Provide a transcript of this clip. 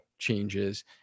changes